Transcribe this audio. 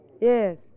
Yes